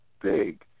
big